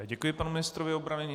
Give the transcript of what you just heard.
Děkuji panu ministrovi obrany.